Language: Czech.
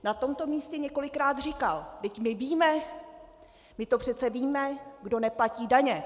Na tomto místě několikrát říkal: vždyť my víme, my to přece víme, kdo neplatí daně.